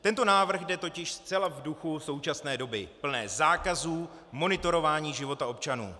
Tento návrh jde totiž zcela v duchu současné doby plné zákazů, monitorování života občanů.